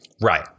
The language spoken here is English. Right